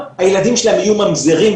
הילדים שלהם יהיו ממזרים,